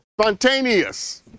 spontaneous